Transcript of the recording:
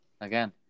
Again